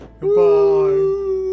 Goodbye